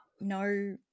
No